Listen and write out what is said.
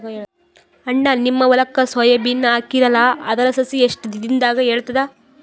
ಅಣ್ಣಾ, ನಿಮ್ಮ ಹೊಲಕ್ಕ ಸೋಯ ಬೀನ ಹಾಕೀರಲಾ, ಅದರ ಸಸಿ ಎಷ್ಟ ದಿಂದಾಗ ಏಳತದ?